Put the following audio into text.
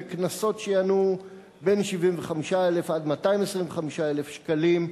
וקנסות שינועו בין 75,000 ל-225,000 שקלים,